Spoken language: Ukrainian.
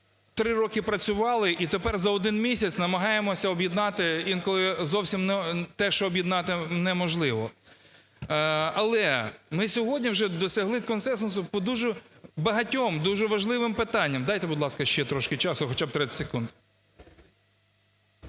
три роки працювали і тепер за один місяць намагаємося об'єднати, інколи зовсім те, що зовсім об'єднати неможливо. Але ми сьогодні вже досягли консенсусу по дуже багатьом, дуже важливим питанням. Дайте, будь ласка, ще трошки часу, хоча б 30 секунд.